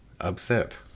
Upset